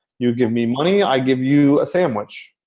you give me money. i give you a sandwich.